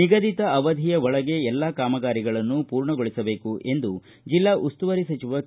ನಿಗದಿತ ಅವಧಿಯ ಒಳಗೆ ಎಲ್ಲಾ ಕಾಮಗಾರಿಗಳನ್ನು ಪೂರ್ಣಗೊಳಿಸಬೇಕು ಎಂದು ಜಿಲ್ಲಾ ಉಸ್ತುವಾರಿ ಸಚಿವ ಕೆ